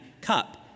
cup